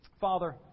Father